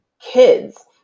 kids